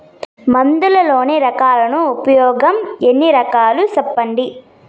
మందులలోని రకాలను ఉపయోగం ఎన్ని రకాలు? సెప్పండి?